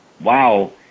wow